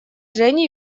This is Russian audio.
женя